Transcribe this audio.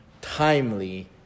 timely